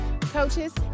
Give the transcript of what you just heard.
coaches